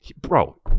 Bro